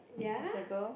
as a girl